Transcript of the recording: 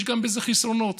יש בזה גם חסרונות.